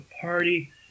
party